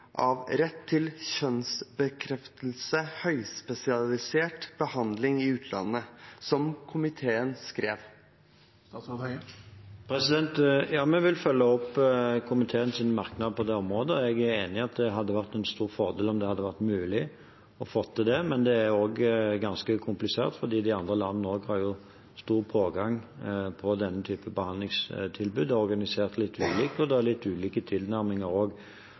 av rett til kjønnsbekreftende, høyspesialisert behandling i utlandet, som komiteen skrev? Ja, vi vil følge opp komiteens merknad på det området. Jeg er enig i at det hadde vært en stor fordel om det hadde vært mulig å få til det. Men det er ganske komplisert, for også i andre land er det stor pågang når det gjelder denne typen behandlingstilbud. Det er organisert litt ulikt, og det er litt ulike tilnærminger